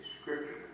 Scripture